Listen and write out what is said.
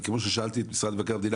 כמו ששאלתי את משרד מבקר המדינה,